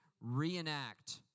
reenact